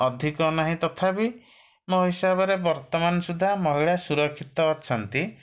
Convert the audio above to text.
ଅଧିକ ନାହିଁ ତଥାପି ମୋ ହିସାବରେ ବର୍ତ୍ତମାନ ସୁଦ୍ଧା ମହିଳା ସୁରକ୍ଷିତ ଅଛନ୍ତି